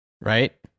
right